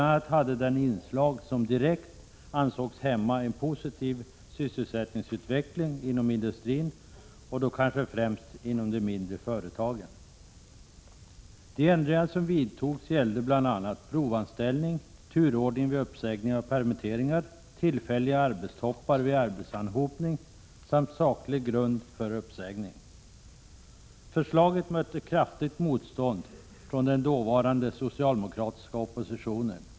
a. fanns inslag som ansågs direkt hämma en positiv sysselsättningsutveckling inom industrin, kanske främst inom de mindre företagen. De ändringar som vidtogs gällde bl.a. provanställning, turordning vid uppsägningar och permitteringar, tillfälliga arbetstoppar vid arbetsanhopning samt saklig grund för uppsägning. Förslaget mötte kraftigt motstånd från den dåvarande socialdemokratiska oppositionen.